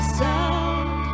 sound